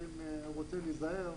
ואם הוא רוצה להיזהר,